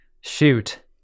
Shoot